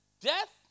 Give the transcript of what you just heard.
Death